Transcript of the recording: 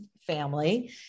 family